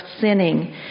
sinning